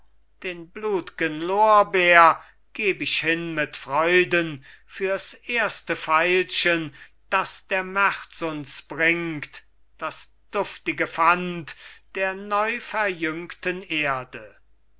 den blutgen lorbeer geb ich hin mit freuden fürs erste veilchen das der märz uns bringt das duftige pfand der neuverjüngten erde